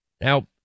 Now